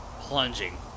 plunging